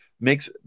makes